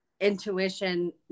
intuition